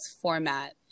format